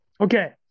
Okay